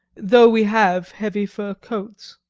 though we have heavy fur coats.